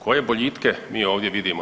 Koje boljitke mi ovdje vidimo?